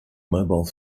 mobile